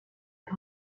par